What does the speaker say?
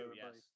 yes